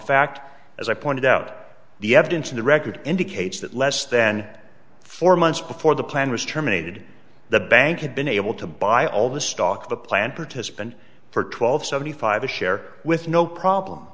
fact as i pointed out the evidence in the record indicates that less than four months before the plan was terminated the bank had been able to buy all the stock the plant participant for twelve seventy five a share with no problem